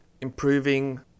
improving